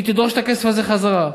שהיא תדרוש את הכסף הזה חזרה.